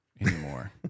anymore